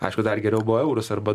aišku dar geriau buvo eurus arba